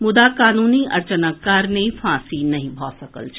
मुदा कानूनी अड़चनक कारणे फांसी नहि भऽ सकल छल